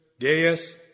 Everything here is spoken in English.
Gaius